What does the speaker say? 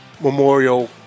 Memorial